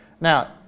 now